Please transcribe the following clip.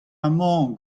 amañ